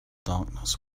darkness